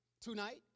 tonight